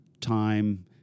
time